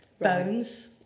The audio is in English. bones